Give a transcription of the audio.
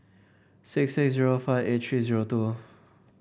six six zero five eight three zero two